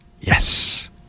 yes